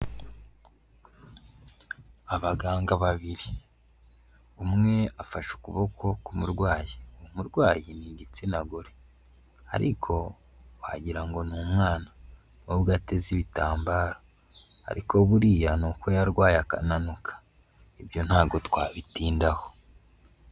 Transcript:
Abaganga babiri, umwe afashe ukuboko k'umurwayi, umurwayi ni igitsina gore ariko wagira ngo ni umwana nubwo ateze ibitambaro ariko buriya ni uko yarwaye akananuka, ibyo ntabwo twabitindaho.